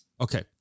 Okay